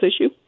issue